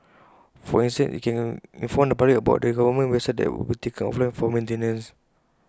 for instance IT can inform the public about the government websites that would be taken offline for maintenance